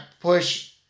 push